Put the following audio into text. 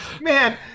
Man